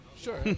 Sure